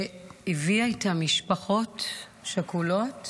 שהביאה איתה משפחות שכולות